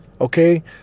Okay